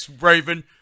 Raven